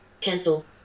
Cancel